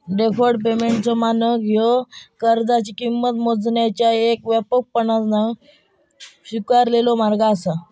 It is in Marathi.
डेफर्ड पेमेंटचो मानक ह्यो कर्जाची किंमत मोजण्याचो येक व्यापकपणान स्वीकारलेलो मार्ग असा